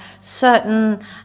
certain